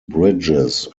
bridges